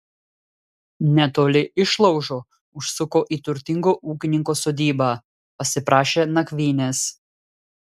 netoli išlaužo užsuko į turtingo ūkininko sodybą pasiprašė nakvynės